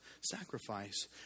sacrifice